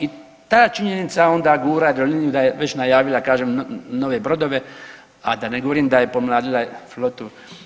I ta činjenica onda gura Jadroliniju da je već najavila kažem nove brodove, a da ne govorim da je pomladila flotu.